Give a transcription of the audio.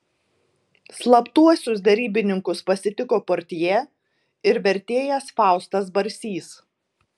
slaptuosius derybininkus pasitiko portjė ir vertėjas faustas barsys